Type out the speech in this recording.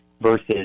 versus